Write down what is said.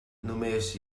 només